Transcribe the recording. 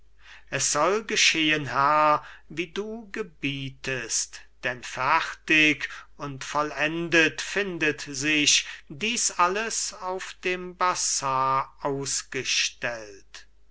es soll geschehen herr wie du gebietest denn fertig und vollendet findet sich dies alles auf dem bazar ausgestellt